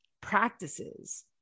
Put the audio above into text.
practices